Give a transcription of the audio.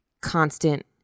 constant